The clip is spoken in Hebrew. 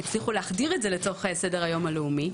שהצליחו להחדיר את זה לתוך סדר היום הציבורי.